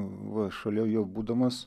va šalia jo būdamas